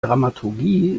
dramaturgie